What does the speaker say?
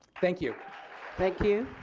thank you thank you.